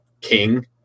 king